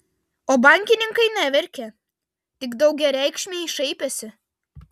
o bankininkai neverkė tik daugiareikšmiai šaipėsi